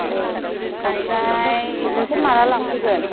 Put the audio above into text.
औ ओमफ्राय नोंसोर माला लांफैगोन